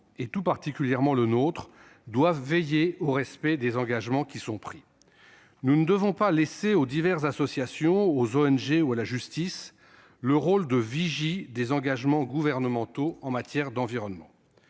et tout particulièrement notre assemblée, doivent veiller au respect des engagements pris. Nous ne devons pas laisser les nombreuses associations, les ONG ou la justice jouer le rôle de vigie des engagements gouvernementaux en matière d'environnement.